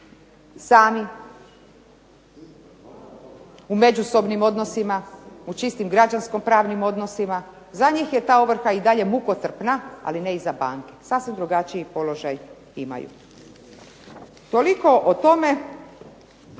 sami u međusobnim odnosima u čistim građansko pravnim odnosima. Za njih je ta ovrha i dalje mukotrpna ali ne i za banke. Sasvim drugačiji položaj imaju. Toliko o tome